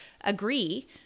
agree